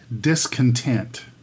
discontent